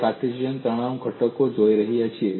આપણે કાર્ટેશિયન તણાવ ઘટકો જોઈ રહ્યા છીએ